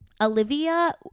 Olivia